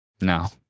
Now